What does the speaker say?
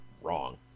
Wrong